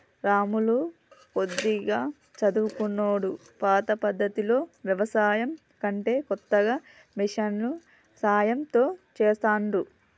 రాములు కొద్దిగా చదువుకున్నోడు పాత పద్దతిలో వ్యవసాయం కంటే కొత్తగా మిషన్ల సాయం తో చెస్తాండు